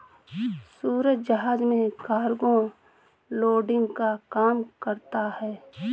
सूरज जहाज में cargo loading का काम करता है